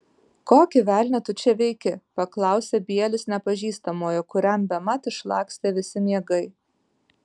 kokį velnią tu čia veiki paklausė bielis nepažįstamojo kuriam bemat išlakstė visi miegai